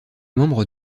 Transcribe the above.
membre